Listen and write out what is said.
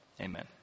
Amen